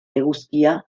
eguzkia